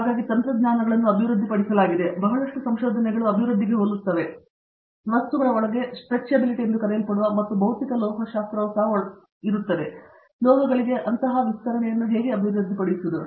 ಹಾಗಾಗಿ ತಂತ್ರಜ್ಞಾನಗಳನ್ನು ಅಭಿವೃದ್ಧಿಪಡಿಸಲಾಗಿದೆ ಅಲ್ಲಿ ಬಹಳಷ್ಟು ಸಂಶೋಧನೆಗಳು ಅಭಿವೃದ್ಧಿಗೆ ಹೋಗುತ್ತವೆ ವಸ್ತುಗಳ ಒಳಗೆ ಸ್ಟ್ರೆಚ್ಬಿಬಿಲಿಟಿ ಎಂದು ಕರೆಯಲ್ಪಡುವ ಮತ್ತು ಭೌತಿಕ ಲೋಹಶಾಸ್ತ್ರವು ಸಹ ಒಳಗಾಗುತ್ತದೆ ಲೋಹಗಳಿಗೆ ಅಂತಹ ವಿಸ್ತರಣೆಯನ್ನು ಹೇಗೆ ಅಭಿವೃದ್ಧಿಪಡಿಸುವುದು